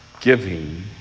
giving